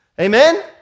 Amen